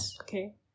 Okay